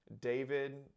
David